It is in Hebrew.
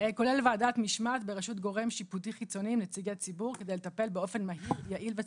שירות לאומי שאין להן לאן לגשת ולמי לפנות וגם